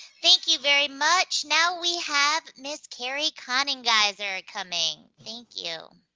thank you very much. now we have ms. kerri kannengeisser coming. thank you.